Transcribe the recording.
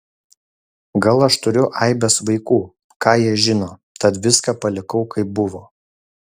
gal aš turiu aibes vaikų ką jie žino tad viską palikau kaip buvo